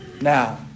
now